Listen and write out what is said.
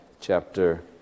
chapter